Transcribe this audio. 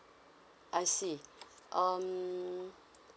I see um